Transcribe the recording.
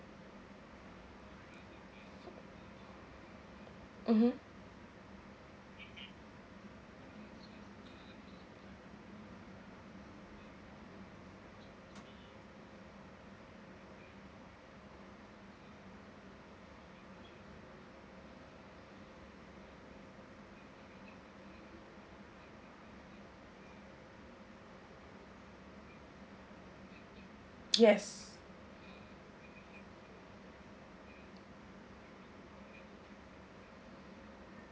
mmhmm yes